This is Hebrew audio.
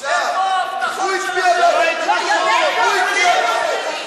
הוא הזכיר את ההתנתקות.